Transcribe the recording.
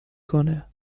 کنه